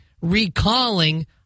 recalling